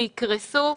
שיקרסו.